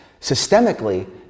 systemically